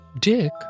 Dick